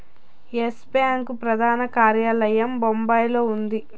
yes bank ప్రధాన కార్యాలయం బొంబాయిలో ఉంది